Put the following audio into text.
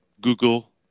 Google